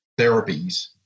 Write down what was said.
therapies